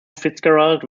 fitzgerald